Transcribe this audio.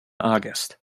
august